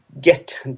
get